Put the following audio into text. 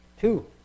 two